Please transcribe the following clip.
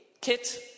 kit